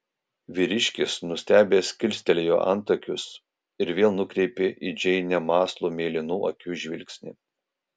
vyriškis nustebęs kilstelėjo antakius ir vėl nukreipė į džeinę mąslų mėlynų akių žvilgsnį